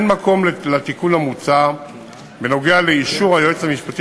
אין מקום לתיקון המוצע בנוגע לאישור היועץ המשפטי